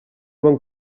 bon